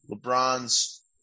LeBron's